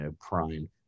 prime